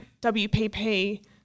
WPP